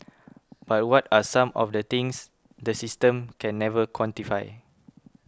but what are some of the things the system can never quantify